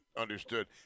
Understood